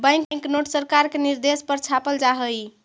bank note सरकार के निर्देश पर छापल जा हई